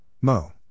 Mo